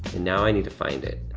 and now i need to find it,